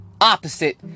opposite